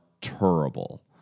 terrible